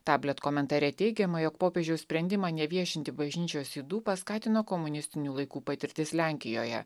tablet komentare teigiama jog popiežiaus sprendimą neviešinti bažnyčios ydų paskatino komunistinių laikų patirtis lenkijoje